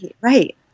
right